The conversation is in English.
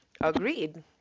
Agreed